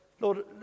Lord